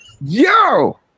yo